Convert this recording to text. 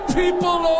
people